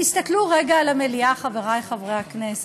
תסתכלו רגע על המליאה, חברי חברי הכנסת: